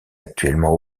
actuellement